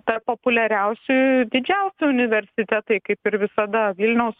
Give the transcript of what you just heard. tarp populiariausių didžiausi universitetai kaip ir visada vilniaus